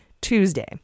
Tuesday